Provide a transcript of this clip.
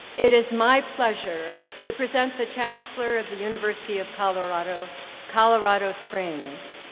it is my pleasure to present the chancellor of the university of colorado colorado springs,